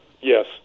Yes